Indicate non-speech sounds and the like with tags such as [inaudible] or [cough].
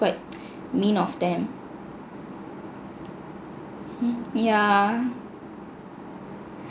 quite [noise] mean of them mm yeah